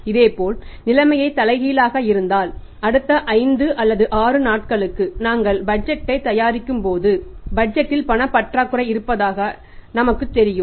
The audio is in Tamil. இதேபோல் நிலைமை தலைகீழாக இருந்தால் அடுத்த 5 அல்லது 6 நாட்களுக்கு நாங்கள் பட்ஜெட்டைத் தயாரிக்கும்போது பட்ஜெட்டில் பணப் பற்றாக்குறை இருப்பதாக நமக்கு தெரியும்